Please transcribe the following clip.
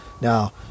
Now